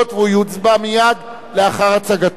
והוא יוצבע מייד לאחר הצגתו.